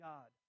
God